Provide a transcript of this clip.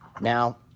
Now